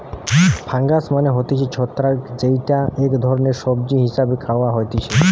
fungus মানে হতিছে ছত্রাক যেইটা এক ধরণের সবজি হিসেবে খাওয়া হতিছে